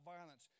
violence